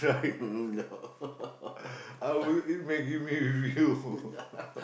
oh no